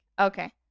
Okay